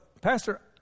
Pastor